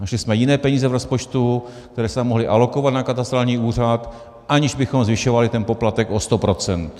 Našli jsme jiné peníze v rozpočtu, které se tam mohly alokovat na katastrální úřad, aniž bychom zvyšovali ten poplatek o sto procent.